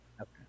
okay